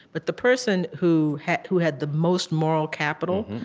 but the person who had who had the most moral capital,